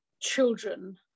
children